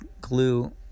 glue